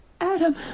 Adam